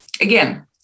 again